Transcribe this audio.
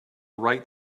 right